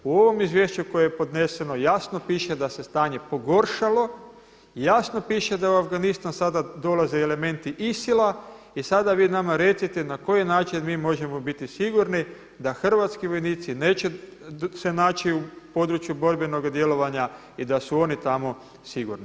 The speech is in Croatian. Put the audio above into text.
U ovom izvješću koje je podneseno jasno piše da se stanje pogoršalo i jasno piše da u Afganistan sada dolaze elementi ISIL-a i sada vi nama recite na koji način mi možemo biti sigurni da hrvatski vojnici neće se naći u području borbenog djelovanja i da su oni tamo sigurni.